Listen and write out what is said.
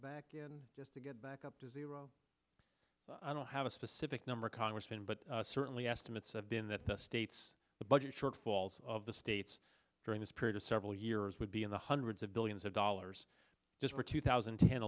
back again just to get back up to zero i don't have a specific number congressman but certainly estimates have been that the states the budget shortfalls of the states during this period of several years would be in the hundreds of billions of dollars just for two thousand